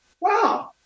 Wow